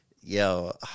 Yo